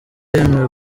yemewe